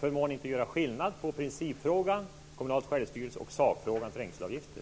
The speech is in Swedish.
Förmår ni inte göra skillnad mellan principfrågan om kommunalt självstyre och sakfrågan om trängselavgifter?